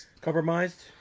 Compromised